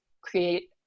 create